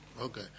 Okay